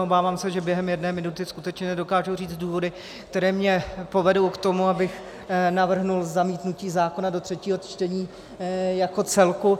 Obávám se, že během jedné minuty skutečně nedokážu říct důvody, které mě povedou k tomu, abych navrhl zamítnutí zákona do třetího čtení jako celku.